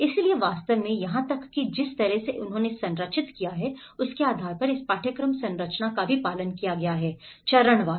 इसलिए वास्तव में यहां तक कि जिस तरह से उन्होंने संरचित किया है उसके आधार पर इस पाठ्यक्रम संरचना का भी पालन किया गया है चरण वार